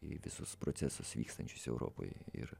į visus procesus vykstančius europoj ir